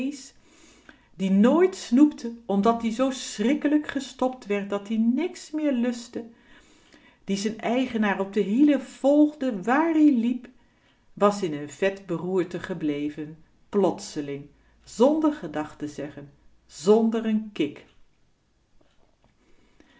die nooit snoepte omdat-ie z schrikkelijk gestopt werd dat-ie niks meer lustte die z'n eigenaar op de hielen volgde waar-ie liep was in n vet beroerte gebleven plotseling zonder gedag te zeggen zonder n kik